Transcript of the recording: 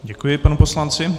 Děkuji panu poslanci.